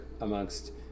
amongst